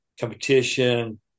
competition